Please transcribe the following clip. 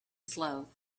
slow